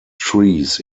trees